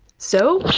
so